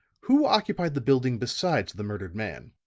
who occupied the building besides the murdered man?